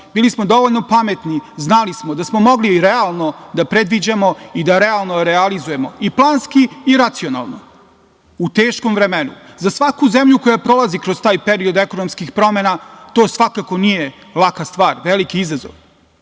Bili smo dovoljno pametni, znali smo da smo mogli i realno da predviđamo i da realno realizujemo i planski i racionalno u teškom vremenu.Za svaku zemlju koja prolazi kroz taj period ekonomskih promena to svakako nije laka stvar, veliki izazov.